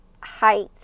height